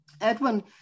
Edwin